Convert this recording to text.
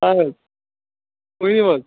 اَہَن حظ ؤنِو حظ